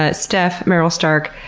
but steph, meryl stark,